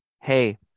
hey